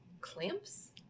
clamps